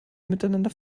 miteinander